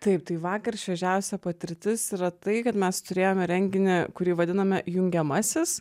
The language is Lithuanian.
taip tai vakar šviežiausia patirtis yra tai kad mes turėjome renginį kurį vadiname jungiamasis